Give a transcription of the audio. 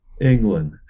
england